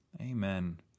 Amen